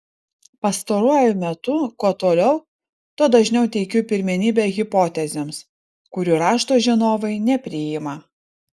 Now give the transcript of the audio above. pastaruoju metu kuo toliau tuo dažniau teikiu pirmenybę hipotezėms kurių rašto žinovai nepriima